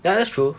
ya that's true